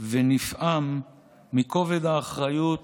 ונפעם מכובד האחריות